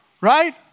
right